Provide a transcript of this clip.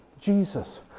jesus